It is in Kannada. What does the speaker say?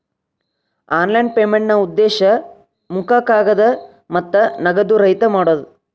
ಆನ್ಲೈನ್ ಪೇಮೆಂಟ್ನಾ ಉದ್ದೇಶ ಮುಖ ಕಾಗದ ಮತ್ತ ನಗದು ರಹಿತ ಮಾಡೋದ್